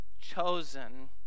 Chosen